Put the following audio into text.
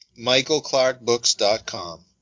MichaelClarkBooks.com